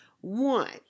One